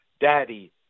Daddy